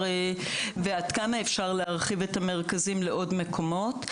ועד כמה אפשר להרחיב את המרכזים לעוד מקומות.